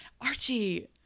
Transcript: Archie